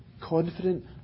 Confident